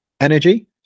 energy